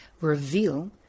reveal